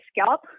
scalp